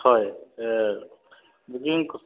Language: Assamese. হয় বুকিং